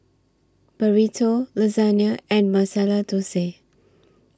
Burrito Lasagne and Masala Dosa